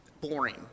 boring